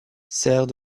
sert